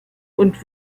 und